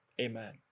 amen